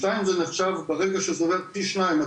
שתיים זה נחשב ברגע שזה אומר פי שניים,